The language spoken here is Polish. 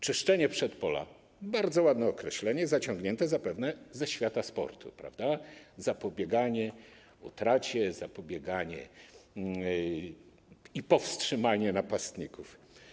Czyszczenie przedpola - bardzo ładne określenie, zaciągnięte zapewne ze świata sportu, prawda - zapobieganie utracie i powstrzymanie napastników.